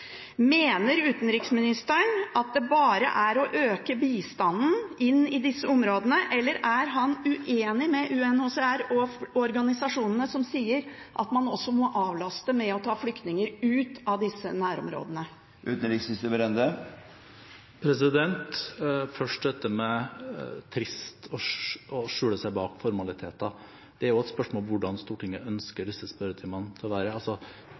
Mener utenriksministeren at det bare er å øke bistanden inn i disse områdene, eller er han uenig med UNHCR og organisasjonene, som sier at man også må avlaste med å ta flyktninger ut av disse nærområdene? Først dette med trist og å skjule seg bak formaliteter. Det er spørsmål om hvordan Stortinget ønsker at disse spørretimene skal være. Skal man stille spørsmål til